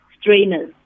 strainers